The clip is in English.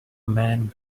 man